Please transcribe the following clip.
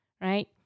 right